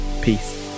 peace